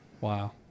Wow